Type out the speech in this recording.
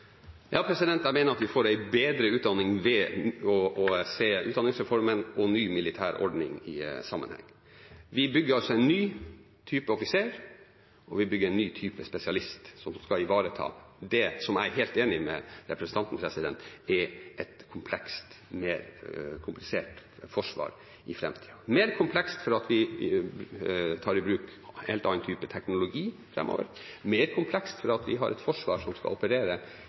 Jeg mener at vi får en bedre utdanning ved å se utdanningsreformen og ny militær ordning i sammenheng. Vi bygger en ny type offiser, og vi bygger en ny type spesialist som skal ivareta det som jeg er helt enig med representanten i er et komplekst og mer komplisert forsvar i framtida. Det er mer komplekst fordi vi tar i bruk en helt annen type teknologi framover, og mer komplekst fordi vi har et forsvar som skal operere